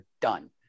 done